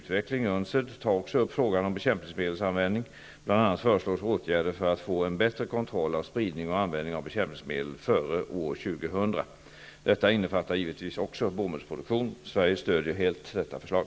tar också upp frågan om bekämpningsmedelsanvändning. Bl.a. föreslås åtgärder för att få en bättre kontroll av spridning och användning av bekämpningsmedel före år 2000. Detta innefattar givetvis också bomullsproduktion. Sverige stödjer helt detta förslag.